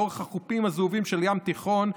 לאורך החופים הזהובים של הים התיכון,